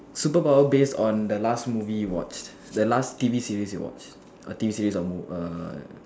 superpower based on the last movie you watch the last T_V series you watch a T_V series or mo~ err